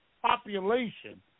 Population